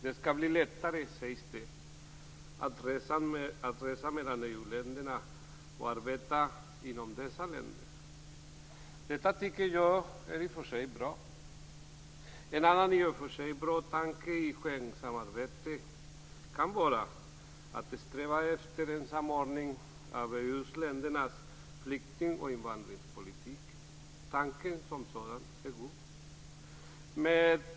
Det skall bli lättare, sägs det, att resa mellan och att arbeta inom EU-länderna. Detta tycker jag i och för sig är bra. En annan i och för sig bra tanke i Schengensamarbetet är att det strävar efter en samordning av EU-ländernas flykting och invandringspolitik. Tanken som sådan är god.